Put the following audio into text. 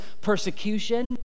persecution